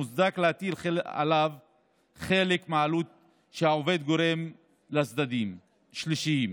מוצדק להטיל חלק מהעלות שהעובד גורם לצדדים שלישיים